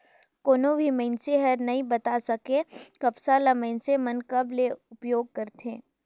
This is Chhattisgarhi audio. कोनो भी मइनसे हर नइ बता सके, कपसा ल मइनसे मन कब ले उपयोग करथे